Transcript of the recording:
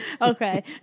Okay